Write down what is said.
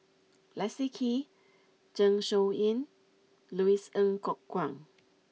Leslie Kee Zeng Shouyin Louis Ng Kok Kwang